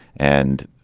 and,